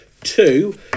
Two